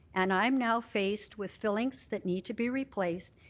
and i'm now faced with fillings that need to be replaced.